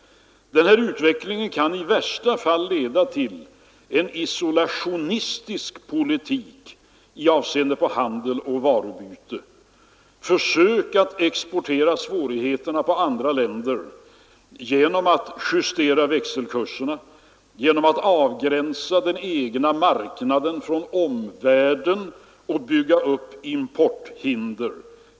Denna utveckling kan i värsta fall leda till en isolationistisk politik med avseende på handel och varuutbyte, försök att exportera svårigheterna till andra länder genom att justera växelkurserna och genom att avgränsa den egna marknaden från omvärlden genom att bygga upp importhinder.